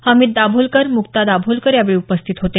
हमीद दाभोलकर मुक्ता दाभोलकर यावेळी उपस्थित होते